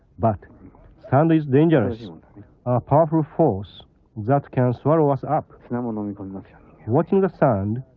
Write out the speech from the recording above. but sand is dangerous a powerful force that can swallow us up. watching the sand,